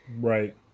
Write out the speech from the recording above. right